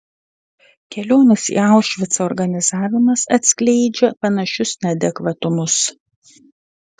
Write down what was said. kelionės į aušvicą organizavimas atskleidžia panašius neadekvatumus